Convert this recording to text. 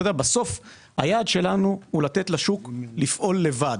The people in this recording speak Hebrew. אתה יודע, בסוף היעד שלנו הוא לתת לשוק לפעול לבד.